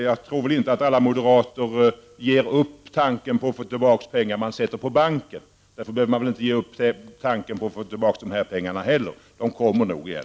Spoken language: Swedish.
Jag tror inte att alla moderater ger upp tanken på att få tillbaka pengar som de sätter in på banken. Därför finns det ingen anledning att ge upp tanken på att få tillbaka dessa pengar heller. De kommer säkert igen.